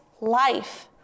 life